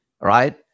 Right